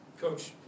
Coach